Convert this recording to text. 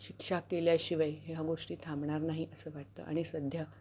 शिक्षा केल्याशिवाय ह्या गोष्टी थांबणार नाही असं वाटतं आणि सध्या